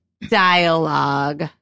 dialogue